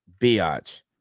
biatch